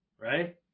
right